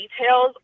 details